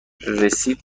رسید